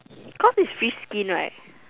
cause is fish skin right